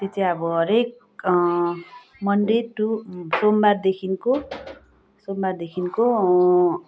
त्यो चाहिँ हरेक मनडे टू सोमबारदेखिको सोमबारदेखिको